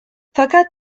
fakat